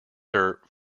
dirt